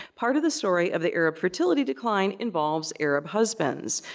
part of the story of the arab fertility decline involves arab husbands,